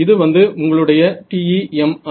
இது வந்து உங்களுடைய TEM அலை